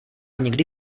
někdy